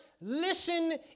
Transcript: listen